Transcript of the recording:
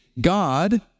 God